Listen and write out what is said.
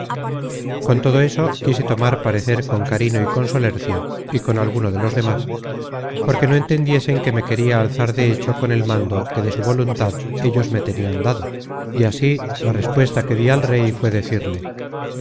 con todo eso quise tomar parecer con carino y con solercio y con alguno de los demas porque no entendiesen que me queria alzar de hecho con el mando que de su voluntad ellos me tenian dado y así la respuesta que dí al rey fué decirle